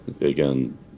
again